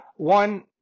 One